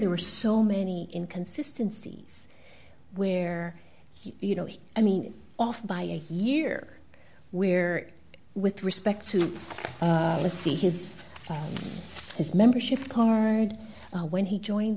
there were so many inconsistency where you know i mean off by a year where with respect to let's see his his membership card when he joined